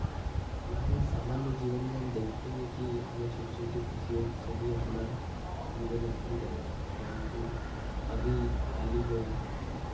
हमारे सामान्य जीवन में हम देखते हैं कि हमें छोटी छोटी खुशियों से ही अपना जीवन यापन करते हैं परन्तु अभी हाल ही में